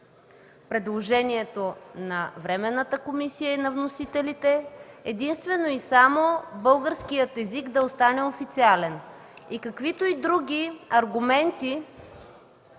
предложението на Временната комисия и на вносителите единствено и само българският език да остане официален и каквито и други аргументи